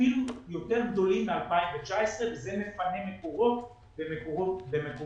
אפילו יותר גדולים מ-2019 וזה מפנה מקורות במקומות